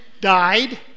Died